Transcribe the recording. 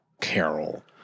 carol